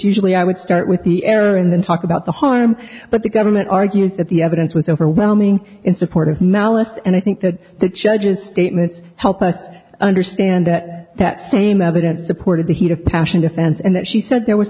usually i would start with the air and then talk about the harm but the government argues that the evidence was overwhelming in support of malice and i think that the judge's statements help us understand that that same evidence supported the heat of passion defense and that she said there was